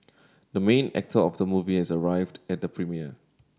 the main actor of the movie has arrived at the premiere